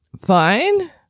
Fine